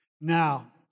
Now